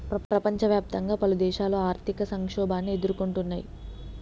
ప్రపంచవ్యాప్తంగా పలుదేశాలు ఆర్థిక సంక్షోభాన్ని ఎదుర్కొంటున్నయ్